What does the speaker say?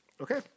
Okay